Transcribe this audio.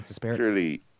clearly